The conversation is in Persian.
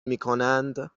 میکنند